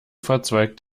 verzweigt